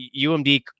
UMD